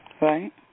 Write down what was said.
Right